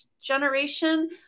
generation